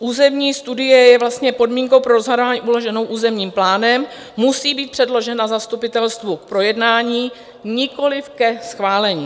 Územní studie je vlastně podmínkou pro rozhodování uloženou územním plánem, musí být předložena zastupitelstvu k projednání, nikoliv ke schválení.